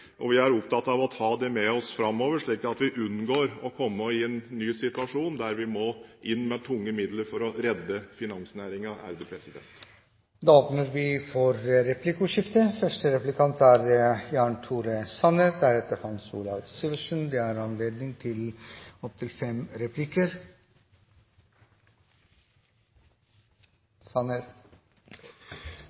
det vi har opplevd i tidligere tider, og vi er opptatt av å ta det med oss framover, slik at vi unngår å komme i en ny situasjon der vi må inn med tunge midler for å redde finansnæringen. Det blir replikkordskifte. Mitt spørsmål knytter seg til nordisk harmonisering. Det er